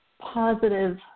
positive